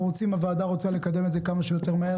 הוועדה רוצה לקדם את זה כמה שיותר מהר.